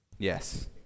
Yes